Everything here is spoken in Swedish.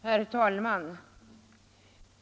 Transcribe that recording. Herr talman!